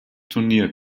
turnier